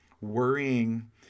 worrying